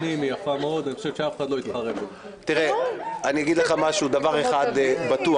אני חייב לראות מה תהיה הצבעת התקווה החדשה,